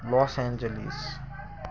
loss Angeles